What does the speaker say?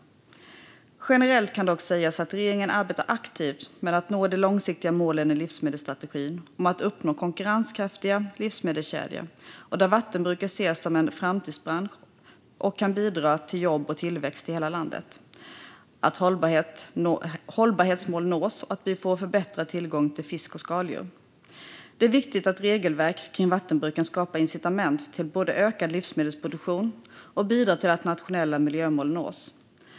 Generellt kan dock sägas att regeringen arbetar aktivt med att nå de långsiktiga målen i livsmedelsstrategin om att åstadkomma konkurrenskraftiga livsmedelskedjor, där vattenbruket ses som en framtidsbransch som kan bidra till jobb och tillväxt i hela landet, till att hållbarhetsmål nås och till att vi får förbättrad tillgång till fisk och skaldjur. Det är viktigt att regelverk kring vattenbruk både skapar incitament till ökad livsmedelsproduktion och bidrar till att nationella miljömål nås.